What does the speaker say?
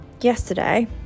yesterday